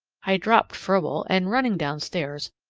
i dropped froebel and, running downstairs,